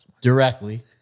Directly